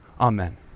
amen